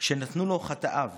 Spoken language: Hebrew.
שנתנו לו חטאיו